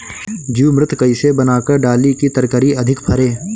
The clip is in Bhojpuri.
जीवमृत कईसे बनाकर डाली की तरकरी अधिक फरे?